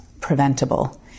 preventable